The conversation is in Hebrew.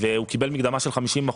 והוא קיבל מקדמה של 50%,